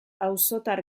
auzotar